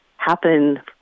happen